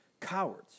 cowards